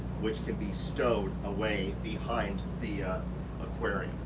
which can be stowed away behind the aquarium,